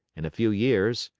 in a few years,